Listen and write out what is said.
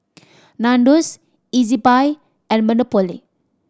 Nandos Ezbuy and Monopoly